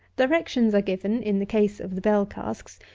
directions are given, in the case of the bell-casks,